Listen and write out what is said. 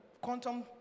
quantum